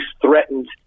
threatened—